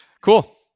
cool